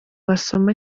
wasoma